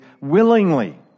willingly